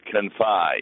confide